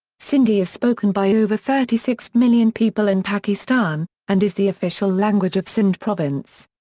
sindhi is spoken by over thirty six million people in pakistan, and is the official language of sindh province.